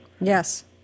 Yes